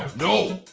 no.